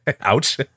ouch